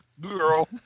Girl